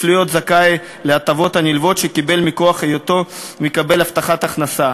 להיות זכאי להטבות הנלוות שקיבל מכוח היותו מקבל הבטחת הכנסה.